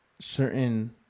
certain